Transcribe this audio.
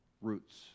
roots